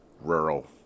rural